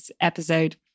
episode